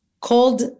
called